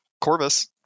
Corvus